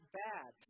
bad